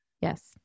Yes